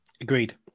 Agreed